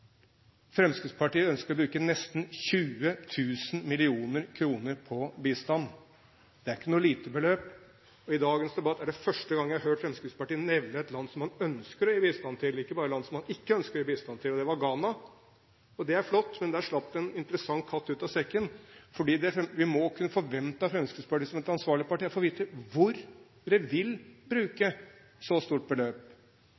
Fremskrittspartiet ønsker å bruke nesten 20 000 mill. kr på bistand. Det er ikke noe lite beløp. I dagens debatt er det første gang jeg har hørt Fremskrittspartiet nevne et land som man ønsker å gi bistand til – ikke bare land som man ikke ønsker å gi bistand til – og det var Ghana. Det er flott, men der slapp det en interessant katt ut av sekken, for vi må kunne forvente å få vite av Fremskrittspartiet, som et ansvarlig parti, hvor de vil